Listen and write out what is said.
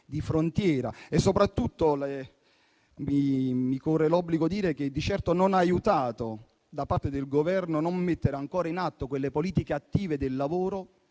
di frontiera. Soprattutto mi corre l'obbligo di dire che di certo non ha aiutato, da parte del Governo, non mettere ancora in atto quelle politiche attive del lavoro